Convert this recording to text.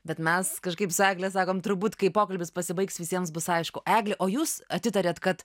bet mes kažkaip su egle sakom turbūt kai pokalbis pasibaigs visiems bus aišku egle o jūs atitarėt kad